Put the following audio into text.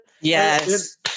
Yes